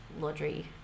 laundry